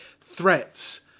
threats